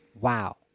Wow